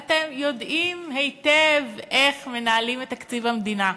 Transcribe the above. ואתם יודעים היטב איך מנהלים את תקציב המדינה,